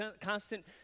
constant